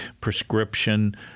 prescription